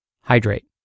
hydrate